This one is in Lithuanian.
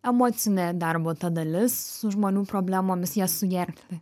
emocinė darbo ta dalis su žmonių problemomis jas sugerti